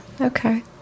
Okay